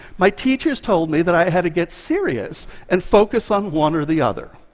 my teachers told me that i had to get serious and focus on one or the other.